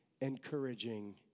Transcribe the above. encouraging